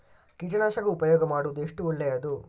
ಕೀಟನಾಶಕ ಉಪಯೋಗ ಮಾಡುವುದು ಎಷ್ಟು ಒಳ್ಳೆಯದು?